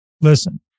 Listen